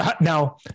now